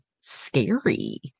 scary